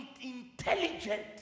intelligent